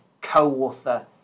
co-author